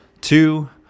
two